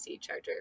charger